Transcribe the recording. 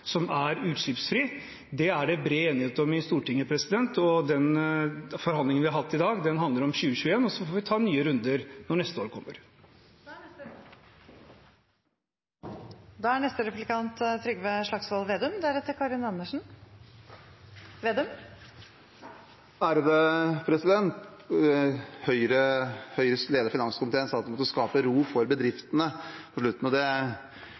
som er utslippsfri. Det er det bred enighet om i Stortinget. De forhandlingene vi har hatt i dag, handler om 2021, og så får vi ta nye runder når neste år kommer. Høyres leder av finanskomiteen sa på slutten at man må skape ro for bedriftene. Det er veldig mye uro, og der det er mye uro, er blant de litt over 60 000 permitterte. Det